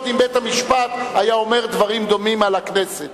בית-המשפט היה אומר דברים דומים על הכנסת.